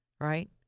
right